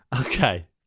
okay